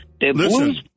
Listen